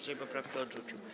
Sejm poprawkę odrzucił.